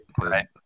Right